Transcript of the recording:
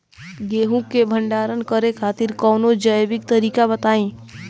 गेहूँ क भंडारण करे खातिर कवनो जैविक तरीका बताईं?